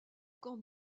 camp